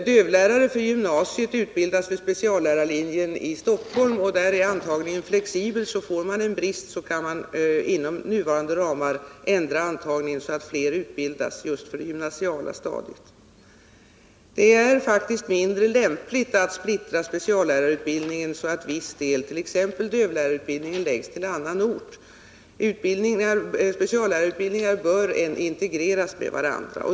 Dövlärare för gymnasiet utbildas vid speciallärarlinjen i Stockholm. Där är antagningen flexibel; uppstår det en brist, kan man inom nuvarande ramar ändra antagningen så att fler utbildas just för det gymnasiala stadiet. Det är faktiskt mindre lämpligt att splittra speciallärarutbildningen så att viss del — t.ex. dövlärarutbildningen — förläggs till annan ort. Speciallärarutbildningarna bör integreras med varandra.